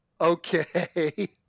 Okay